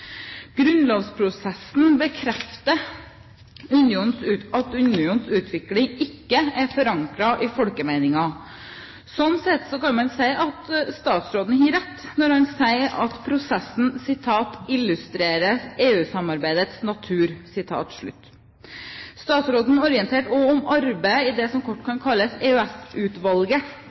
Grunnlovsprosessen bekrefter at unionens utvikling ikke er forankret i folkemeningen. Slik sett kan man si at statsråden har rett når han sier at prosessen «illustrerer EU-samarbeidets natur». Statsråden orienterte også om arbeidet i det som kort kan kalles